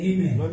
Amen